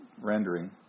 rendering